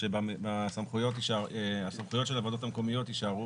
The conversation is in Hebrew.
- הסמכויות של הוועדות המקומיות יישארו